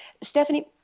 Stephanie